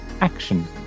action